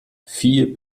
viel